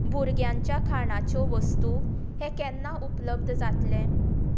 भुरग्यांच्या खाणाच्यो वस्तू हें केन्ना उपलब्ध जातलें